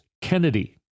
Kennedy